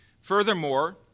Furthermore